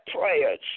prayers